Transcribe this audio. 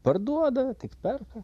parduoda tik perka